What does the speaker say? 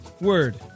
Word